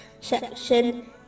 section